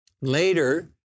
later